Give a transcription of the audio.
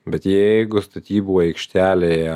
bet jeigu statybų aikštelėje